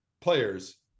players